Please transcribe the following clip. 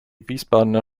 wiesbadener